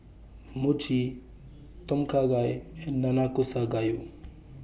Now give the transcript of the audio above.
Mochi Tom Kha Gai and Nanakusa Gayu